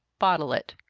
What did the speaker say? bottle it.